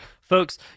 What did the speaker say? Folks